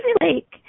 Lake